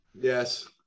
Yes